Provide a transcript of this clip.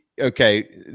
okay